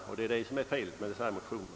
Däri ligger felet med motionerna.